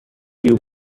you